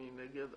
מי נגד?